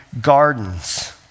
gardens